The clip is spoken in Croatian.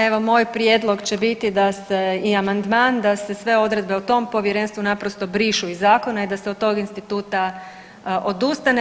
Evo moj prijedlog će biti da se i amandman, da se sve odredbe o tom povjerenstvu naprosto brišu iz zakona i da se od tog instituta odustane.